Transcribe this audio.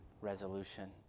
resolution